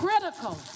critical